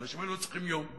האנשים האלה לא צריכים יום,